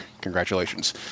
Congratulations